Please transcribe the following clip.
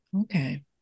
okay